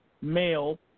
male